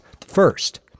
first